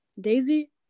Daisy